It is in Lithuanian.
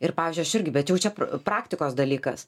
ir pavyzdžiui aš irgi bet jau čia praktikos dalykas